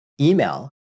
email